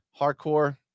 hardcore